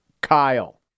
Kyle